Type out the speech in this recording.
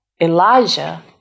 Elijah